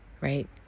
right